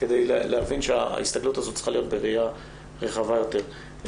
כדי להבין שההסתכלות הזאת צריכה להיות בראייה רחבה יותר.